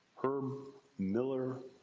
herb miller,